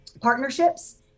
partnerships